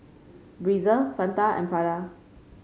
Breezer Fanta and Prada